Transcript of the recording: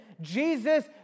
Jesus